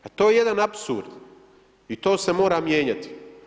A to je jedan apsurd i to se mora mijenjati.